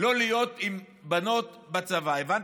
לא להיות עם בנות בצבא, הבנת?